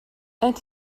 and